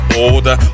older